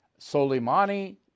Soleimani